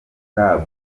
club